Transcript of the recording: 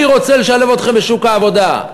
אני רוצה לשלב אתכם בשוק העבודה,